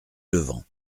levant